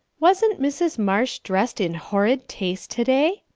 wasn't mrs. marsh dressed in horrid taste today?